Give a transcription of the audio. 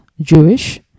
Jewish